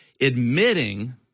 admitting